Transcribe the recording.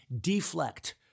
deflect